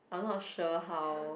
I'm not sure how